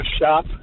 shop